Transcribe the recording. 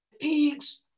pigs